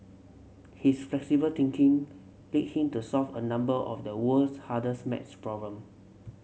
his flexible thinking lead him to solve a number of the world's hardest maths problem